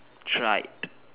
tried